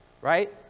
right